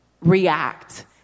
react